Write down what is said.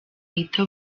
ahita